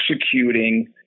executing